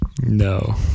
No